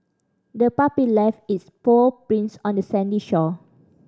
the puppy left its paw prints on the sandy shore